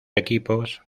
equipos